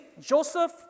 Joseph